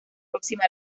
próxima